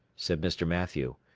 said mr. mathew.